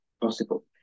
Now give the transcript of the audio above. possible